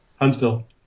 Huntsville